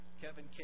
Kevin